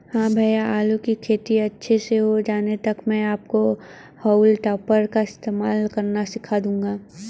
हां भैया आलू की खेती अच्छे से हो जाने तक मैं आपको हाउल टॉपर का इस्तेमाल करना सिखा दूंगा